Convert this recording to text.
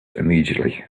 immediately